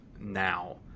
now